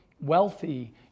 wealthy